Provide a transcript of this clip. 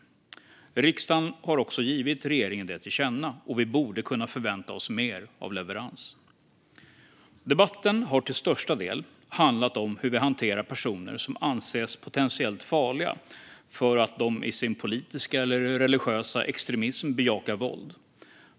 Riksdagen har givit regeringen det till känna, och vi borde kunna förvänta oss mer av leverans. Debatten har till största del handlat om hur vi hanterar personer som anses potentiellt farliga för att de i sin politiska eller religiösa extremism bejakar våld.